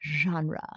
genre